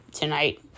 tonight